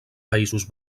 països